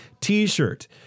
T-shirt